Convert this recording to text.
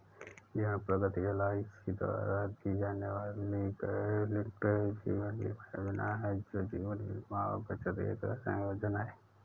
जीवन प्रगति एल.आई.सी द्वारा दी जाने वाली गैरलिंक्ड जीवन बीमा योजना है, जो जीवन बीमा और बचत का एक संयोजन है